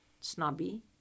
snobby